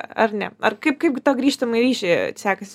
ar ne ar kaip kaip tą grįžtamąjį ryšį a sekasi